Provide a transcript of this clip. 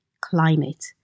climate